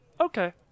Okay